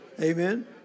Amen